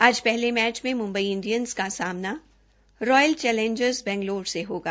आज पहले मैच में मुम्बई इंडियनज़ का सामना रॉयल चैलेज़रर्स बैगलूर से होगा